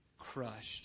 crushed